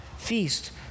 Feast